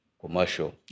commercial